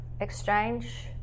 exchange